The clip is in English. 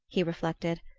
he reflected,